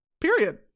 period